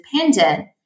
independent